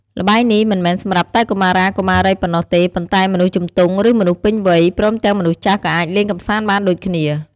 ល្បែងនេះមិនមែនសម្រាប់តែកុមារា កុមារីប៉ុណ្ណោះទេ ប៉ុន្តែមនុស្សជំទង់ ឬ មនុស្សពេញវ័យ ព្រមទាំងមនុស្សចាស់ក៏អាចលេងកំសាន្តបានដូចគ្នា។